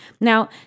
Now